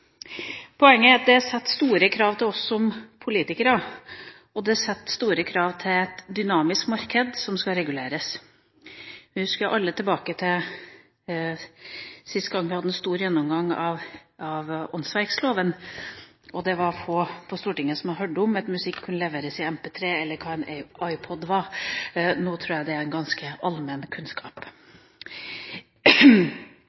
Poenget er at det setter store krav til oss som politikere, og det setter store krav til et dynamisk marked som skal reguleres. Vi husker alle sist gang vi hadde en stor gjennomgang av åndsverkloven. Det var få på Stortinget som hadde hørt om at musikk kunne leveres i MP3, eller som visste hva en iPod var. Nå tror jeg det er ganske allmenn kunnskap.